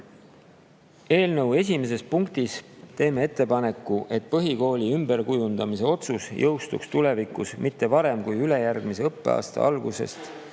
Eelnõu esimeses punktis teeme ettepaneku, et põhikooli ümberkujundamise otsus jõustuks tulevikus mitte varem kui ülejärgmise õppeaasta algusest,